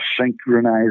synchronize